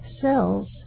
cells